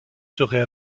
serait